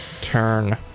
turn